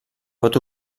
pot